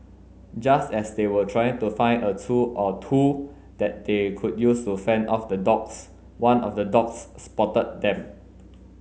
just as they were trying to find a tool or two that they could use to fend off the dogs one of the dogs spotted them